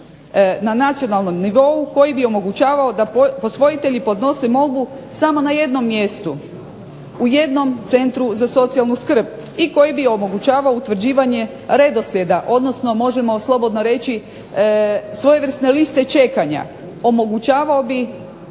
na nacionalnom nivou koji bi omogućavao da posvojitelji podnose molbu samo na jednom mjestu u jednom centru za socijalnu skrb i koji bi omogućavao utvrđivanje redoslijeda odnosno možemo slobodno reći svojevrsne liste čekanja, omogućavao bi